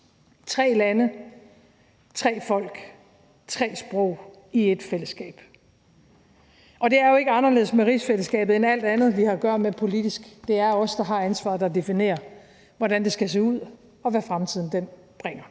tre lande, tre folk, tre sprog i ét fællesskab. Og det er jo ikke anderledes med rigsfællesskabet end med alt andet, vi har at gøre med politisk: Det er os, der har ansvaret, der definerer, hvordan det skal se ud, og hvad fremtiden bringer.